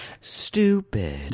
stupid